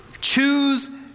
Choose